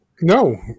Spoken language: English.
No